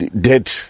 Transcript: dead